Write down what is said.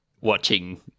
watching